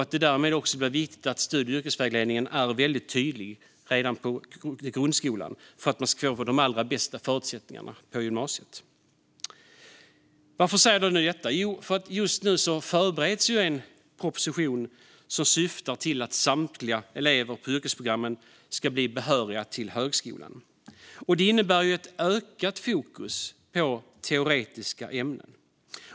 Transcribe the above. Det blir därmed också viktigt att studie och yrkesvägledningen är väldigt tydlig redan i grundskolan för att eleverna ska få de allra bästa förutsättningarna på gymnasiet. Varför säger jag då detta? Just nu förbereds en proposition som syftar till att samtliga elever på yrkesprogrammen ska bli behöriga till högskolan. Det innebär ett ökat fokus på teoretiska ämnen.